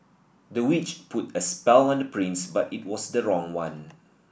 the witch put a spell on the prince but it was the wrong one